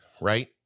Right